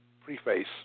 preface